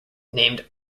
named